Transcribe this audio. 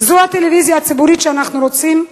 זאת הטלוויזיה הציבורית שאנחנו רוצים?